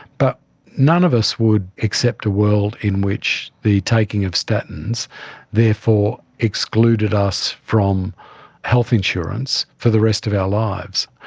but none of us would accept a world in which the taking of statins therefore excluded us from health insurance for the rest of our lives.